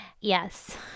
Yes